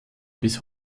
bis